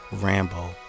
Rambo